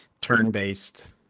turn-based